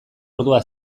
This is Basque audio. ordua